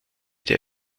der